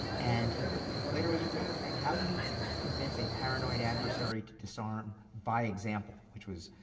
and he later was remembered saying, how do you convince a paranoid adversary to disarm by example? which was